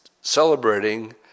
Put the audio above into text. celebrating